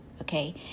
Okay